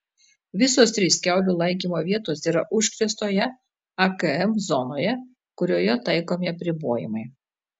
visos trys kiaulių laikymo vietos yra užkrėstoje akm zonoje kurioje taikomi apribojimai